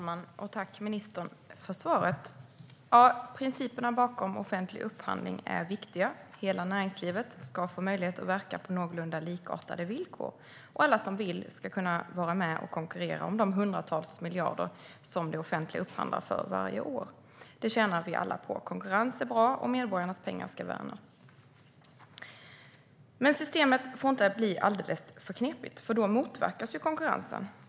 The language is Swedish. Herr talman! Tack, ministern, för svaret! Principerna för offentlig upphandling är viktiga. Hela näringslivet ska få möjlighet att verka på någorlunda likartade villkor, och alla som vill ska kunna vara med och konkurrera om de hundratals miljarder som det offentliga upphandlar för varje år. Det tjänar vi alla på. Konkurrens är bra, och medborgarnas pengar ska värnas. Men systemet får inte bli alldeles för knepigt, för då motverkas ju konkurrensen.